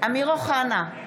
אמיר אוחנה,